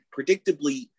predictably